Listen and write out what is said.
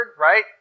right